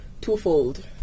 twofold